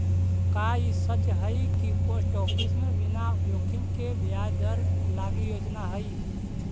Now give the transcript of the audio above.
का ई सच हई कि पोस्ट ऑफिस में बिना जोखिम के ब्याज दर लागी योजना हई?